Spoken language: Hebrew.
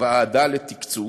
הוועדה לתקצוב.